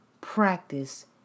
practice